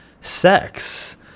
sex